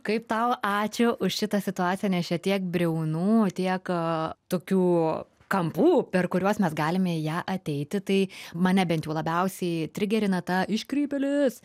kaip tau ačiū už šitą situaciją nes čia tiek briaunų tiek tokių kampų per kuriuos mes galime į ją ateiti tai mane bent labiausiai trigerina ta iškrypėlis